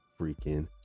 freaking